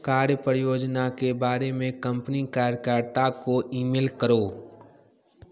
कार्य परियोजना के बारे में कंपनी कार्यकर्ता को ईमेल करो